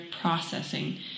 processing